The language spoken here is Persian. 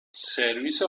سرویس